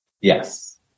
Yes